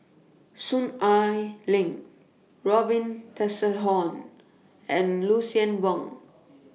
Soon Ai Ling Robin Tessensohn and Lucien Wang